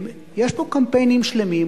יש פה קמפיינים שלמים,